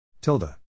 Tilda